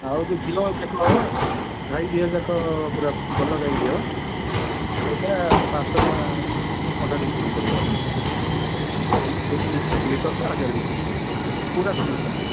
ଆଉ ଯୋଉ ଘିଅ ଯାକ ଗାଈ ଘିଅ ଯାକ ପୁରା ଭଲ ଗାଈ ଘିଅ ସେଇଟା ପାଞ୍ଚଶହ ଟଙ୍କା ଅଧା ଲିଟର୍କୁ ପଡ଼ିବ ଆପଣଙ୍କୁ ଲିଟର୍ଟା ହଜାର ବିକୁଛୁ ପୁରା ପିଓର୍ଟା ସାର୍